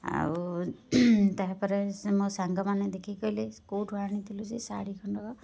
ଆଉ ତା'ପରେ ସେ ମୋ ସାଙ୍ଗମାନେ ଦେଖିକି କହିଲେ କେଉଁଠୁ ଆଣିଥିଲୁ ସେ ଶାଢ଼ି ଖଣ୍ଡକ